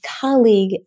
colleague